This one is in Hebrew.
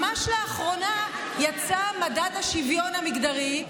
ממש לאחרונה יצא מדד השוויון המגדרי,